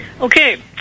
Okay